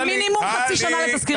במינימום חצי שנה לתסקיר מבחן.